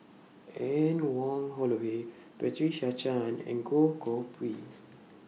Anne Wong Holloway Patricia Chan and Goh Koh Pui